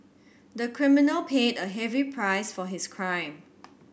the criminal paid a heavy price for his crime